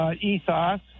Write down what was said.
ethos